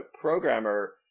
programmer